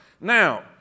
Now